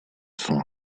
son